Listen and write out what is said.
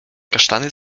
kasztany